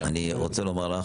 אני רוצה לומר לך,